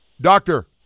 Doctor